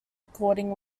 recording